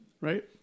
Right